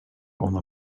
ona